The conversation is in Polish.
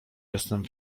jestem